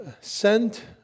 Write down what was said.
sent